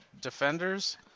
Defenders